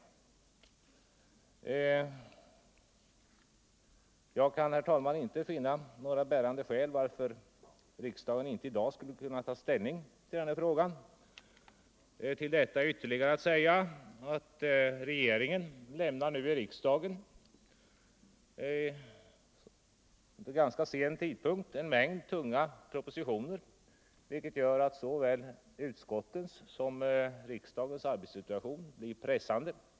Jag kan alltså, herr talman, inte finna några bärande skäl för att riksdagen i dag inte skulle kunna ta ställning till denna fråga. Jag vill tillägga att regeringen vid ganska sen tidpunkt lämnar riksdagen en mängd tunga propositioner, vilket gör att såväl utskottens som riksdagens arbetssituation blir ansträngd.